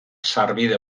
sarbide